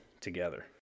together